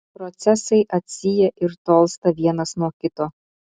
procesai atsyja ir tolsta vienas nuo kito